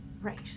Right